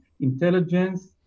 intelligence